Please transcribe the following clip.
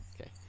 Okay